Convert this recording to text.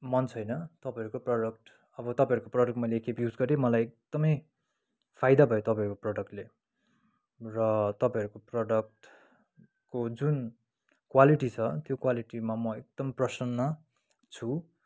मन छैन तपाईँहरूको प्रोडक्ट अब तपाईँहरूको प्रोडक्ट मैले एकखेप युज गरेँ मलाई एकदमै फाइदा भयो तपाईँहरूको प्रोडक्टले र तपाईँहरूको प्रोडक्टको जुन क्वालिटी छ त्यो क्वालिटीमा म एकदम प्रसन्न छु